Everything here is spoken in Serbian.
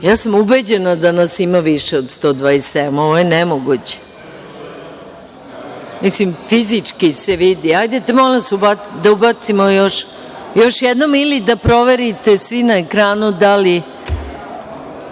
sam ubeđena da nas ima više od 127. Ovo je nemoguće. Mislim, fizički se vidi. Molim vas da ubacimo još jednom ili da proverite svi na ekranu da